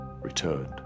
returned